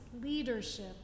leadership